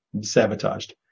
sabotaged